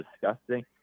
disgusting